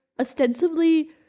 ostensibly